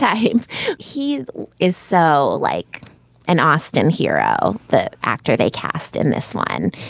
yeah he he is so like an austin hero. the actor they cast in this one.